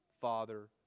father